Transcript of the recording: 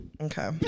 Okay